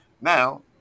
Now